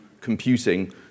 computing